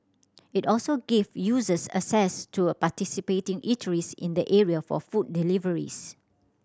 it also gives users access to participating eateries in the area for food deliveries